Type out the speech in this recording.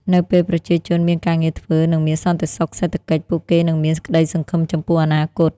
នៅពេលប្រជាជនមានការងារធ្វើ និងមានសន្តិសុខសេដ្ឋកិច្ច ពួកគេនឹងមានក្តីសង្ឃឹមចំពោះអនាគត។